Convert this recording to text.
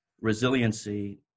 resiliency